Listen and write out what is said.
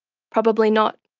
probably not.